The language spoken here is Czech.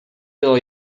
bylo